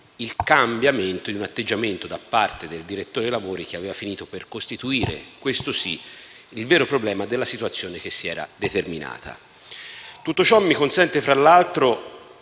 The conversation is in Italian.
il cambiamento in un atteggiamento da parte del direttore dei lavori che aveva finito per costituire - questo sì - il vero problema della situazione che si era determinata. Tutto ciò mi consente di